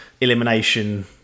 elimination